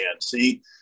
see